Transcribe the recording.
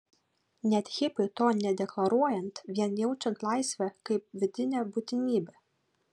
net hipiui to nedeklaruojant vien jaučiant laisvę kaip vidinę būtinybę